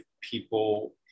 people